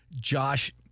Josh